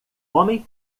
homem